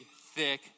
thick